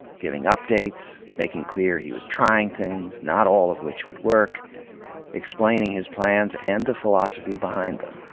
giving updates, making clear he was trying things, not all of which would work explaining his plans and the philosophy behind them.